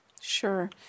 Sure